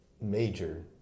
major